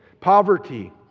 poverty